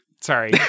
Sorry